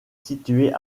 situé